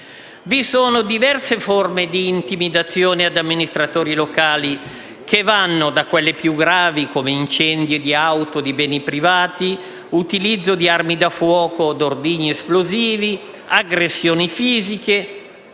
Vi sono diverse forme di intimidazioni ad amministratori locali che vanno da quelle più gravi come incendi di auto o beni privati, utilizzo di armi da fuoco o ordigni esplosivi, aggressioni fisiche,